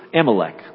Amalek